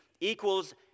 equals